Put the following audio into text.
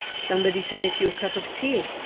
somebody to make you a cup of tea,